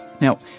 Now